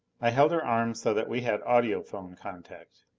i held her arm so that we had audiphone contact.